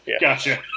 Gotcha